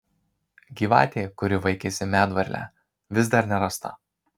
gyvatė kuri vaikėsi medvarlę vis dar nerasta